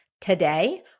today